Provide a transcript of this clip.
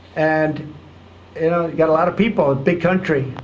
and you know, you got a lot of people big country,